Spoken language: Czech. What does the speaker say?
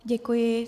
Děkuji.